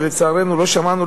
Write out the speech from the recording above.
ולצערנו לא שמענו,